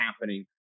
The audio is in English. happening